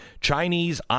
Chinese